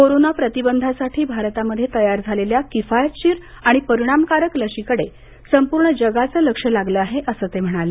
corona प्रतिबंधासाठी भारतामध्ये तयार झालेल्या किफायतशीर आणि परिणामकारक लशीकडे संपूर्ण जगाचं लक्ष लागलं आहे असं ते म्हणाले